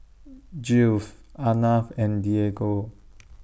Jules Arnav and Diego